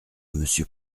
monsieur